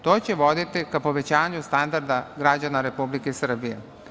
To će voditi ka povećanju standarda građana Republike Srbije.